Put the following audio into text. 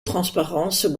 transparence